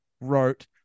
wrote